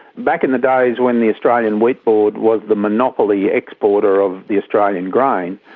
back in the days when the australian wheat board was the monopoly exporter of the australian grain,